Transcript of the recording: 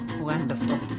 Wonderful